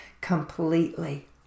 completely